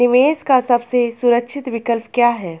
निवेश का सबसे सुरक्षित विकल्प क्या है?